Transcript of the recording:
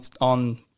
on